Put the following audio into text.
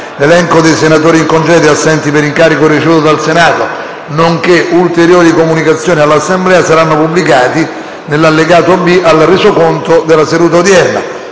L'elenco dei senatori in congedo e assenti per incarico ricevuto dal Senato, nonché ulteriori comunicazioni all'Assemblea saranno pubblicati nell'allegato B al Resoconto della seduta odierna.